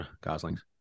goslings